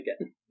again